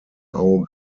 auge